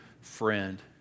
friend